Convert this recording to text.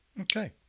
okay